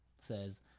says